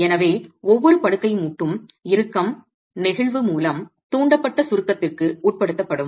எனவே ஒவ்வொரு படுக்கை மூட்டும் இறுக்கம் நெகிழ்வு மூலம் தூண்டப்பட்ட சுருக்கத்திற்கு உட்படுத்தப்படும்